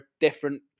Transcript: different